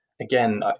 again